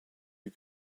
you